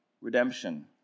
redemption